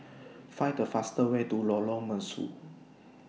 Find The fastest Way to Lorong Mesu